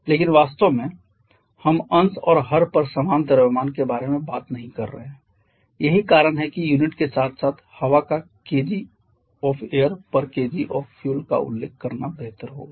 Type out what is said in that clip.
लेकिन वास्तव में हम अंश और हर पर समान द्रव्यमान के बारे में बात नहीं कर रहे हैं यही कारण है कि यूनिट के साथ साथ हवा का kg of airkg of fuel का उल्लेख करना बेहतर है